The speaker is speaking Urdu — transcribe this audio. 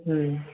ہوں